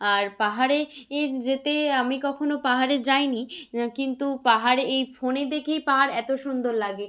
আর পাহাড়ে এ যেতে আমি কখনও পাহাড়ে যাইনি কিন্তু পাহাড়ে এই ফোনে দেখেই পাহাড় এত সুন্দর লাগে